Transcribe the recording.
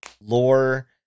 lore